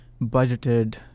budgeted